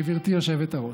גברתי היושבת-ראש.